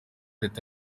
leta